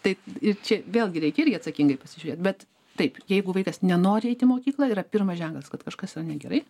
tai ir čia vėlgi reikia irgi atsakingai pasižiūrėt bet taip jeigu vaikas nenori eit į mokyklą yra pirmas ženklas kad kažkas yra negerai